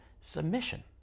submission